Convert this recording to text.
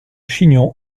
chignon